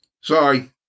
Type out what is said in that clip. Sorry